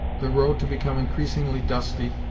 the road to become increasingly dusty,